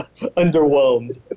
underwhelmed